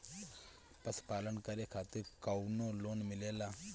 पशु पालन करे खातिर काउनो लोन मिलेला?